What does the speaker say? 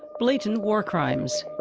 blatant war crimes.